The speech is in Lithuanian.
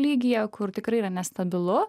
lygyje kur tikrai yra nestabilu